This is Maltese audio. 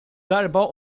darba